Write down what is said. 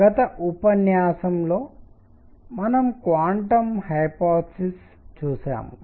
గత ఉపన్యాసంలో మనం క్వాంటం హైపోథిసిస్ పరికల్పన చూశాము